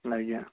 ଆଜ୍ଞା